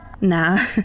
Nah